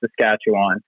Saskatchewan